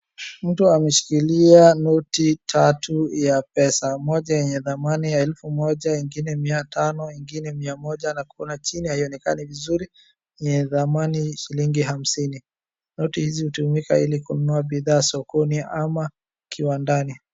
Mtu ameshikilia noti tatu ya pesa. Moja yenye dhamani ya elfu moja ingine mia tano ingine mia moja na kuna chini haionekani vizuri yenye dhamani shilingi hamsini. Noti hizi hutumika ilikununua bidhaa sokoni ama kiwandani.